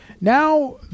Now